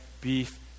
beef